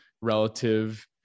relative